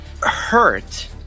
hurt